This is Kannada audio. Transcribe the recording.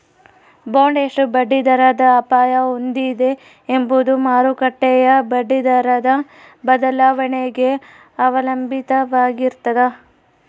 ಬಾಂಡ್ ಎಷ್ಟು ಬಡ್ಡಿದರದ ಅಪಾಯ ಹೊಂದಿದೆ ಎಂಬುದು ಮಾರುಕಟ್ಟೆಯ ಬಡ್ಡಿದರದ ಬದಲಾವಣೆಗೆ ಅವಲಂಬಿತವಾಗಿರ್ತದ